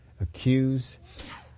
accuse